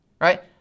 Right